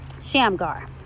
Shamgar